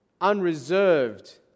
unreserved